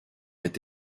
est